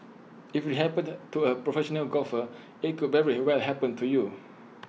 if IT happened to A professional golfer IT could very well happen to you